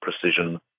precision